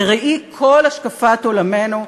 בראי כל השקפת עולמנו.